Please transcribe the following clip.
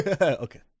Okay